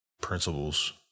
principles